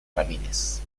ramírez